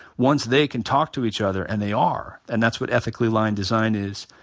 once they can talk to each other, and they are. and that's what ethically line design is.